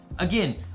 Again